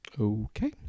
Okay